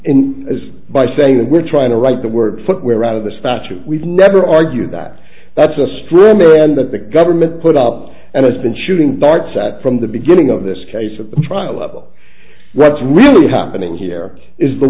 and is by saying that we're trying to write the word footwear out of the statute we've never argued that that's a straw man that the government put up and has been shooting darts at from the beginning of this case of the trial wraps really happening here is the